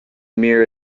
mirror